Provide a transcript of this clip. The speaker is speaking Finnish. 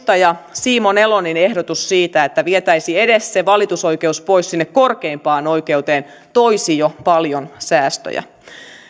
oikeuteen tämä edustaja simon elon ehdotus siitä että vietäisiin pois edes se valitusoikeus sinne korkeimpaan oikeuteen toisi jo paljon säästöjä